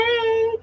Hey